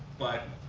but